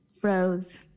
froze